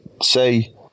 Say